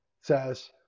says